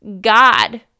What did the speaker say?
God